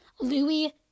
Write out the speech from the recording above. Louis